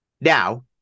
Now